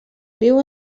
viu